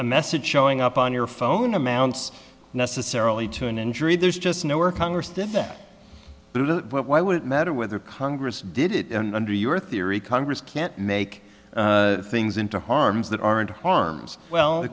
message showing up on your phone amounts necessarily to an injury there's just no work congress defect why would it matter whether congress did it under your theory congress can't make things into harms that aren't harms well the